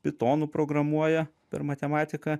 pitonu programuoja per matematiką